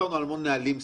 דיברנו על נהלים ספציפיים,